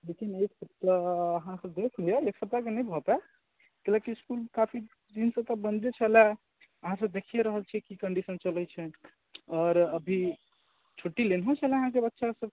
लेकिन एक सप्ताह अहाँ देखि लेब एक सप्ताहके नहि भऽ पाओत काल्हिके इसकुल तऽ काफी दिनसँ तऽ बंदे छलऽ अहाँ सब देखिए रहल छियै की कंडीशन चलैत छै आओर अभी छुट्टी लेनेहो छलैय अहाँके बच्चा सब